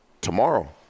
tomorrow